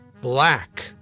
black